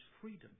freedom